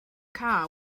car